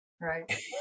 Right